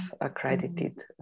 accredited